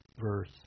verse